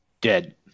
Dead